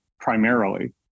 primarily